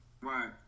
Right